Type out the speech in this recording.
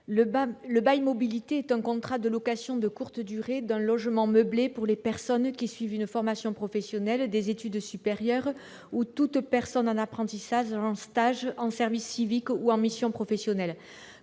Le bail mobilité est un contrat de location de courte durée d'un logement meublé destiné aux personnes qui suivent une formation professionnelle, des études supérieures, sont en contrat d'apprentissage, en stage, en service civique ou en mission professionnelle.